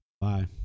bye